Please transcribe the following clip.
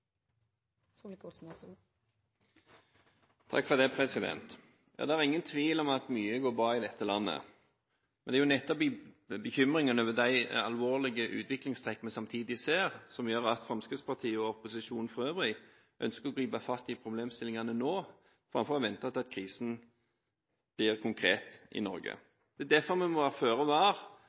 Det er ingen tvil om at mye går bra i dette landet, men bekymringen over de alvorlige utviklingstrekkene vi samtidig ser, gjør at Fremskrittspartiet og opposisjonen for øvrig ønsker å gripe fatt i problemstillingene nå framfor å vente til krisen blir konkret i Norge. Det er derfor vi må være føre var og